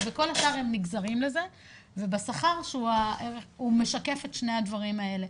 וכל השאר הם נגזרים לזה ובשכר שהוא משקף את שני הדברים האלה,